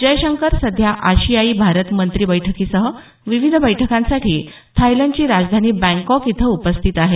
जयशंकर सध्या आशियायी भारत मंत्री बैठकीसह विविध बैठकांसाठी थायलंडची राजधानी बँकॉक इथं उपस्थित आहेत